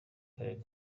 karere